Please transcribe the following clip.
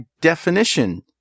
definition